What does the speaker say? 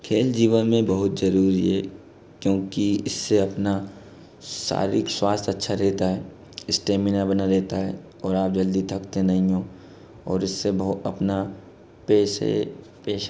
खेल जीवन में बहुत जरूरी है क्योंकि इस से अपना शारीरिक स्वास्थ्य अच्छा रहता है इस्टैमिना बना लेता है और आप जल्दी थकते नहीं हो और इससे अपना पैसे पेश